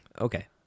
Okay